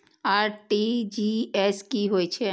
RTGS की होय छै